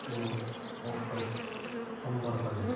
जों अक्ट' समबारखालि